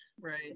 right